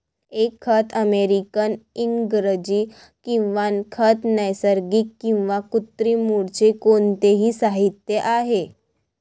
एक खत अमेरिकन इंग्रजी किंवा खत नैसर्गिक किंवा कृत्रिम मूळचे कोणतेही साहित्य आहे